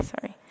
sorry